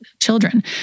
children